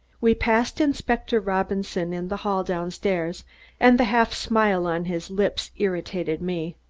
we passed inspector robinson in the hall down-stairs and the half smile on his lips irritated me.